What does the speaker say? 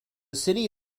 city